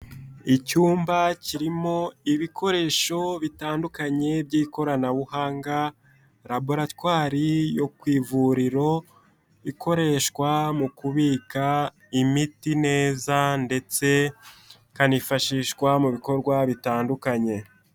Icyumba kirimo ibikoresho bitandukanye by'ikoranabuhanga raboratwari yo ku ivuriro rikoreshwa mu kubika imiti neza ndetse ikanifashishwa mu bikorwa bitandukanye.